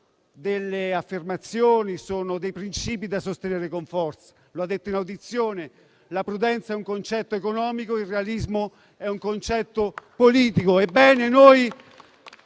delle affermazioni e dei principi da sostenere con forza. Lo ha detto in audizione: la prudenza è un concetto economico, il realismo è un concetto politico.